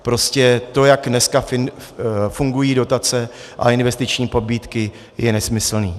Prostě to, jak dneska fungují dotace a investiční pobídky, je nesmyslné.